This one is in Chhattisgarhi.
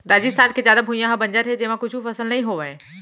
राजिस्थान के जादा भुइयां ह बंजर हे जेमा कुछु फसल नइ होवय